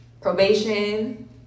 probation